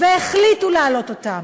והחליטו להעלות אותם,